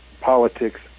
politics